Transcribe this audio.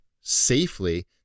safely